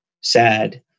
sad